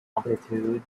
amplitude